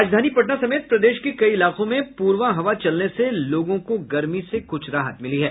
राजधानी पटना समेत प्रदेश के कई इलाकों में पूरबा हवा चलने से लोगों को गर्मी से कुछ राहत मिली है